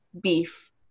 beef